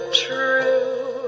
true